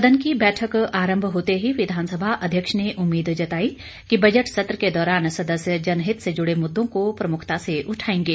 सदन की बैठक आरंभ होते ही विधानसभा अध्यक्ष ने उम्मीद जताई कि बजट सत्र के दौरान सदस्य जनहित से जुड़े मुददों को प्रमुखता से उठाएंगे